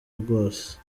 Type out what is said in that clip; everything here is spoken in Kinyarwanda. rwose